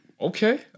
Okay